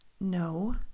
No